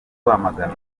rwamagana